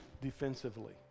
defensively